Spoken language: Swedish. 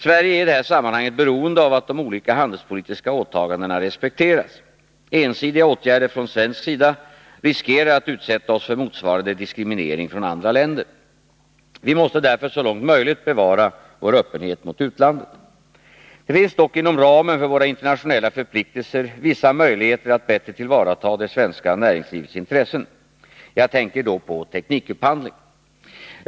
Sverige är i detta sammanhang beroende av att de olika handelspolitiska åtagandena respekteras. Ensidiga åtgärder från svensk sida riskerar att utsätta oss för motsvarande diskriminering från andra länder. Vi måste därför så långt möjligt bevara vår öppenhet mot utlandet. Det finns dock inom ramen för våra internationella förpliktelser vissa möjligheter att bättre tillvarata det svenska näringslivets intressen. Jag tänker då på teknikupphandling.